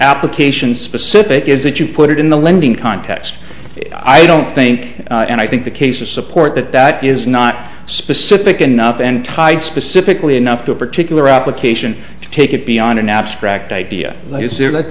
application specific is that you put it in the lending context i don't think and i think the cases support that that is not specific enough and tied specifically enough to a particular application to take it beyond an abstract idea